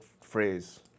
phrase